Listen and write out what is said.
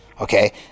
Okay